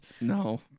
No